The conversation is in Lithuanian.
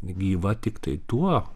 gyva tiktai tuo